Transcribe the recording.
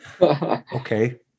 Okay